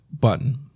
button